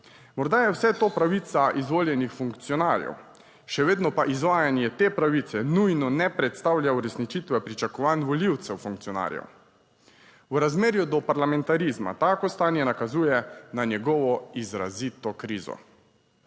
Morda je vse to pravica izvoljenih funkcionarjev. Še vedno pa izvajanje te pravice nujno ne predstavlja uresničitve pričakovanj volivcev funkcionarjev. V razmerju do parlamentarizma, tako stanje nakazuje na njegovo izrazito krizo.